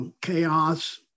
chaos